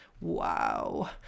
Wow